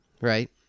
right